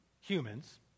humans